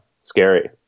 scary